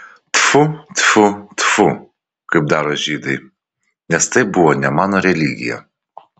tfiu tfiu tfiu kaip daro žydai nes tai buvo ne mano religija